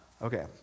Okay